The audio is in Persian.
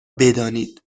بدانید